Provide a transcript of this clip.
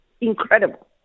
Incredible